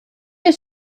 est